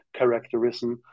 characterism